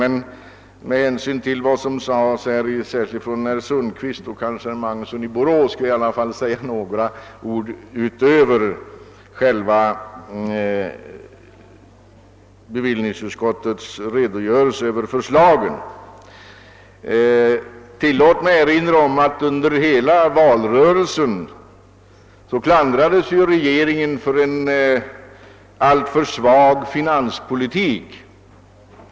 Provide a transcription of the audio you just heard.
Men med hänsyn till vad som sades särskilt av herr Sundkvist men även av herr Magnusson i Borås skall jag i alla fall säga några ord utöver bevillningsutskottets redogörel Tillåt mig erinra om att regeringen under hela valrörelsen klandrades för en alltför svag finanspolitik.